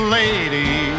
lady